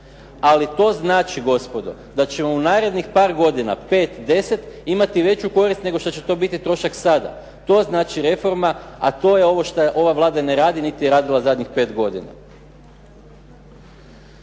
ali to znači gospodo da ćemo u narednih par godina, 5, 10, imati veću korist nego što će to biti trošak sada. To znači reforma, a to je ovo šta ova Vlada na radi niti je radila zadnjih pet godina.